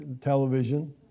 television